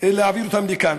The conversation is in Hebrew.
להעביר אותם לכאן.